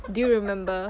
do you remember